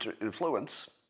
influence